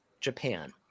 Japan